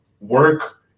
work